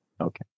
Okay